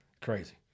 Crazy